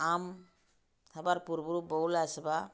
ଆମ୍ ହେବାର୍ ପୂର୍ବରୁ ବଉଲ୍ ଆସ୍ବା